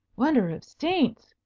wonder of saints!